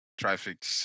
Traffic